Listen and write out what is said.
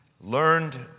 learned